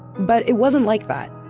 but it wasn't like that.